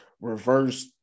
reverse